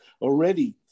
already